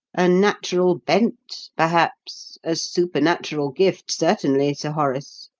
a natural bent, perhaps a supernatural gift, certainly, sir horace,